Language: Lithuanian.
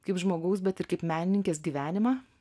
kaip žmogaus bet ir kaip menininkės gyvenimą